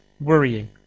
worrying